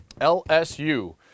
LSU